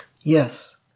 Yes